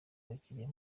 abakiriya